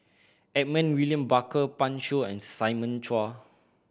Edmund William Barker Pan Shou and Simon Chua